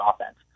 offense